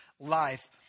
Life